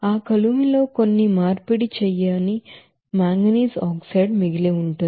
ఆ కొలిమిలో కొన్ని మార్పిడి చేయని మాంగనీస్ ఆక్సైడ్ మిగిలి ఉంటుంది